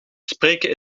spreken